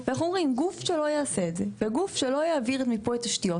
וגוף שלא יעשה את זה וגוף שלא יעביר את מיפוי התשתיות,